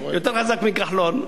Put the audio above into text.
יותר חזק מכחלון.